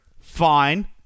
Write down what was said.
fine